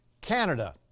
Canada